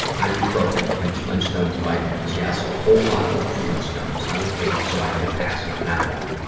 ibuprofen and flintstones vitamins. yes, a whole bottle of flintstones. i was eight, so i get a pass on that one.